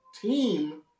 team